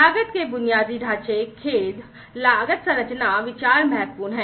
लागत के बुनियादी ढांचे खेद लागत संरचना विचार महत्वपूर्ण हैं